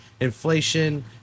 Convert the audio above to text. Inflation